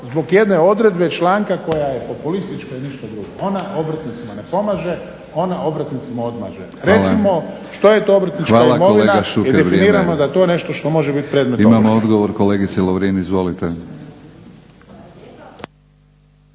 zbog jedne odredbe članka koja je populistička i ništa drugo. Ona obrtnicima ne pomaže, ona obrtnicima odmaže. Recimo što je to obrtnička imovina … **Batinić, Milorad